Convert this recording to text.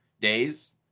days